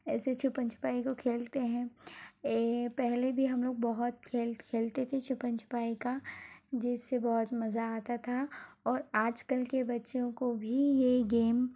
ऐसे छुपन छुपाई को खेलते हैं पहले भी हम लोग बहुत खेल खेलते थे छुपन छुपाई का जिससे बहुत मज़ा आता था और आज कल के बच्चों को भी ये गेम